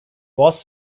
was